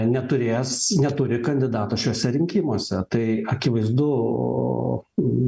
neturės neturi kandidato šiuose rinkimuose tai akivaizdu